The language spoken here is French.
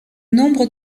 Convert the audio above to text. nombre